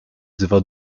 wzywa